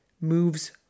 moves